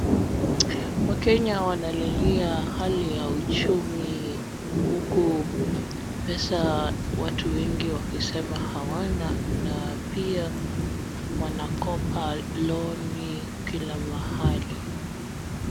Wakenya wanalilia hali ya uchumi huku pesa watu wengi wakisema hawana na pia wanakopa loni kila mahali.